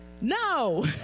No